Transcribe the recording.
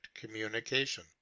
communication